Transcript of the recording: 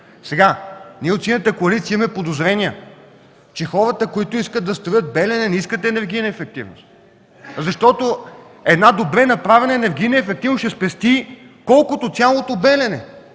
50%. Ние от Синята коалиция имаме подозрения, че хората, които искат да строят „Белене”, не искат енергийна ефективност. Защото една добре направена енергийна ефективност ще спести колкото цялото „Белене”